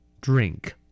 Drink